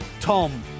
Tom